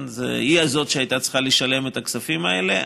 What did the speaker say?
היא שהייתה צריכה לשלם את הכספים האלה,